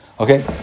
Okay